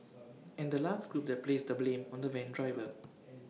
and the last group that placed the blame on the van driver